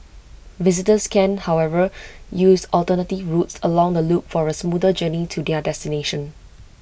visitors can however use alternative routes along the loop for A smoother journey to their destination